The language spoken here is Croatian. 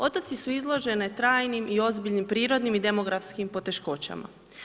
Otoci su izloženi trajnim i ozbiljnim prirodnim i demografskim poteškoćama.